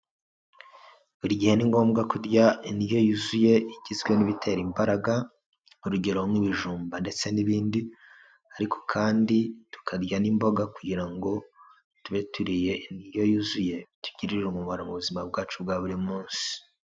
Buri gihe ni ngombwa kurya indyo yuzuye igizwe n'ibitera imbaraga, urugero nk'ibijumba ndetse n'ibindi ariko kandi tukarya n'imboga kugira ngo tube turiye indyo yuzuye, bitugirire umumaro mu buzima bwacu bwa buri munsi.